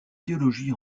théologie